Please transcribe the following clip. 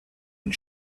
and